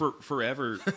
Forever